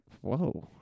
whoa